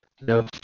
No